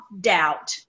doubt